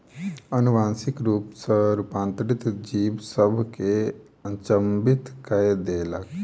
अनुवांशिक रूप सॅ रूपांतरित जीव सभ के अचंभित कय देलक